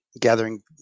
Gathering